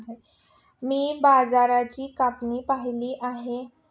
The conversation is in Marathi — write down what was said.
मी बाजरीची कापणी पाहिली आहे